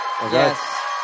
Yes